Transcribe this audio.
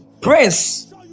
Prince